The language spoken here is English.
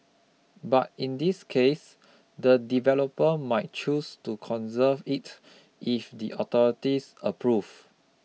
but in this case the developer might choose to conserve it if the authorities approve